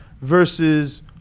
versus